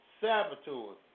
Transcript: saboteurs